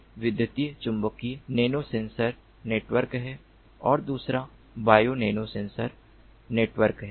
एक विद्युत चुम्बकीय नैनोसेंसर नेटवर्क है तो दूसरा बायो नैनोसेंसर नेटवर्क है